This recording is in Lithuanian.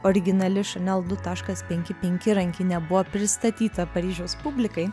originali chanel du taškas penki penki rankinė buvo pristatyta paryžiaus publikai